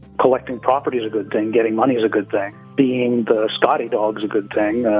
collecting property is a good thing, getting money is a good thing, being the scottie dogs a good thing,